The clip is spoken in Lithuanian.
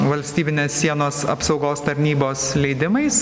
valstybinės sienos apsaugos tarnybos leidimais